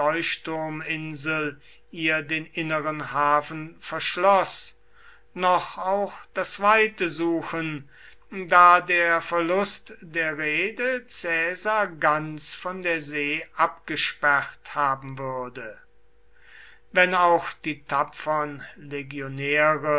der leuchtturminsel ihr den inneren hafen verschloß noch auch das weite suchen da der verlust der reede caesar ganz von der see abgesperrt haben würde wenn auch die tapfern legionäre